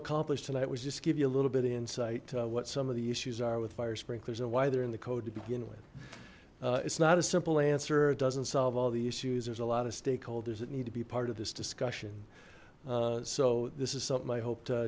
accomplish tonight we just give you a little bit insight what some of the issues are with fire sprinklers and why they're in the code to begin with it's not a simple answer it doesn't solve all the issues there's a lot of stakeholders that need to be part of this discussion so this is something i hope to